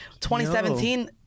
2017